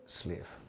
slave